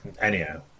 anyhow